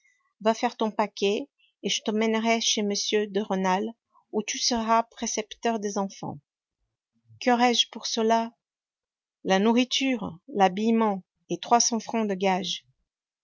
va faire ton paquet et je te mènerai chez m de rênal où tu seras précepteur des enfants quaurai je pour cela la nourriture l'habillement et trois cents francs de gages